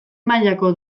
mailako